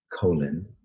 colon